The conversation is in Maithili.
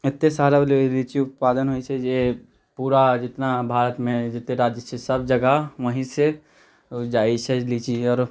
एतै सारा लीची उत्पादन होइत छै जे पूरा भारतमे जितना राज्य छै सभ जगह वही से जाइत छै लीची आओरो